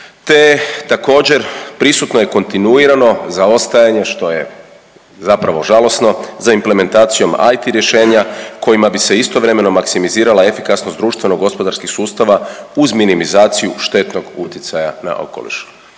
te također prisutno i kontinuirano zaostajanje što je zapravo žalosno za implementacijom IT rješenja kojima bi se istovremeno maksimizirala efikasnost društveno gospodarskih sustava uz minimizaciju štetnog utjecaja na okoliš.